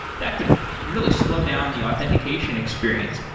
that could really slow down the authentication experience.